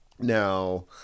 Now